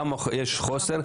כמה יש חוסר,